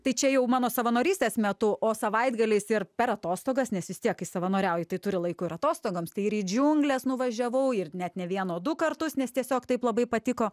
tai čia jau mano savanorystės metu o savaitgaliais ir per atostogas nes vis tiek kai savanoriauji tai turi laiko ir atostogoms tai ir į džiungles nuvažiavau ir net ne vieną o du kartus nes tiesiog taip labai patiko